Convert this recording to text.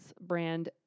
brand